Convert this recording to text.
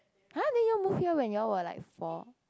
!huh! then you move here when you were like four